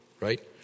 right